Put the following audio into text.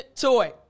toy